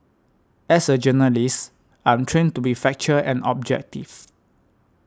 as a journalist I'm trained to be factual and objectives